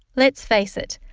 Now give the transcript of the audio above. let's face it,